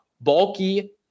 Bulky